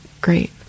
great